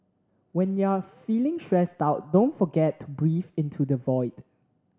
when you are feeling stressed out don't forget to breathe into the void